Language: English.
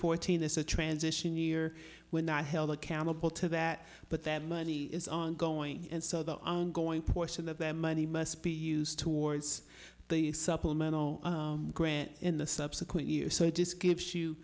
fourteen as a transition year we're not held accountable to that but that money is ongoing and so the ongoing portion of that money must be used towards the supplemental grant in the subsequent years so it just gives you